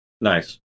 Nice